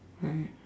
alright